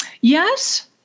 Yes